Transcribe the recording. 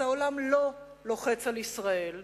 העולם לא לוחץ על ישראל,